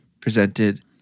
presented